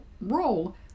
role